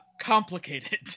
complicated